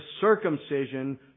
circumcision